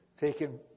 taken